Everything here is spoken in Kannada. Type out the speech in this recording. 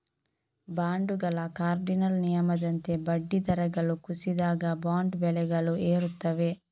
ಬಾಂಡುಗಳ ಕಾರ್ಡಿನಲ್ ನಿಯಮದಂತೆ ಬಡ್ಡಿ ದರಗಳು ಕುಸಿದಾಗ, ಬಾಂಡ್ ಬೆಲೆಗಳು ಏರುತ್ತವೆ